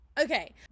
Okay